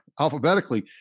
alphabetically